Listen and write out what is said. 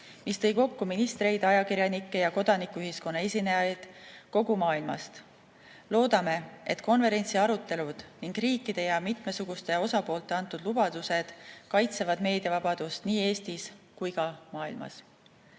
mis tõi kokku ministreid, ajakirjanikke ja kodanikuühiskonna esindajaid kogu maailmast. Loodame, et konverentsi arutelud ning riikide ja mitmesuguste osapoolte antud lubadused kaitsevad meediavabadust nii Eestis kui ka maailmas.